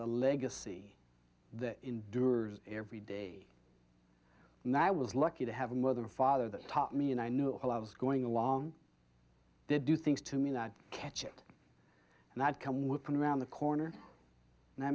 a legacy that endures every day and i was lucky to have a mother father that taught me and i knew i was going along to do things to me not catch it and that come with an around the corner and i